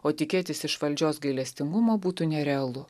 o tikėtis iš valdžios gailestingumo būtų nerealu